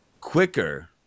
quicker